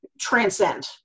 transcend